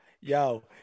yo